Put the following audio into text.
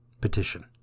Petition